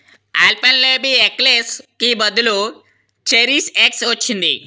అల్పేన్లేబి ఏకలేస్కి బదులు చెర్రీస్ ఎక్స్ వచ్చింది